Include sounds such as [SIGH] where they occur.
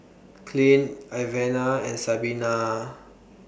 Clint [NOISE] Ivana and Sabina